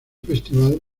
festival